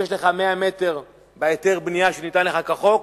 אם יש לך 100 מ"ר בהיתר בנייה שניתן לך כחוק,